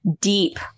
deep